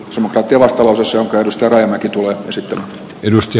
sama päti vastalause syntyi mustarajamäki tulee sitä edusti